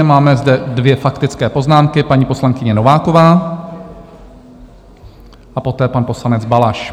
Máme zde dvě faktické poznámky paní poslankyně Nováková a poté pan poslanec Balaš.